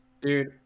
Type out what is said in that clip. dude